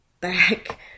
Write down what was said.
back